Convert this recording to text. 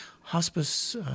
hospice